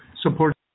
support